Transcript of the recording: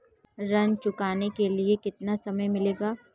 ऋण चुकाने के लिए कितना समय मिलेगा?